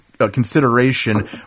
consideration